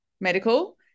medical